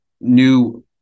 new